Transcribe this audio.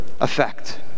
effect